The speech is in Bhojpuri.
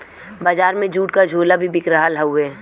बजार में जूट क झोला भी बिक रहल हउवे